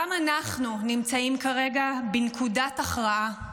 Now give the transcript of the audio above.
גם אנחנו נמצאים כרגע בנקודת הכרעה: